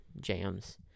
jams